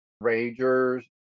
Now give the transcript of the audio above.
Rangers